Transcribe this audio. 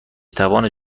توان